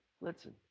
Listen